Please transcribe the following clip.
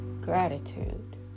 gratitude